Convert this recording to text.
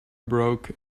broke